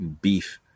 beef